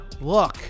Look